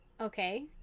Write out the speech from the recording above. Okay